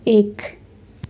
एक